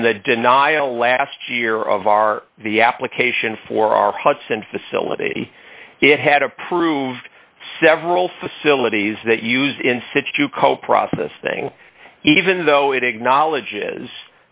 and the denial last year of our the application for our hudson facility it had approved several facilities that use in situ co process thing even though it acknowledges